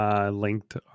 linked